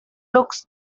looks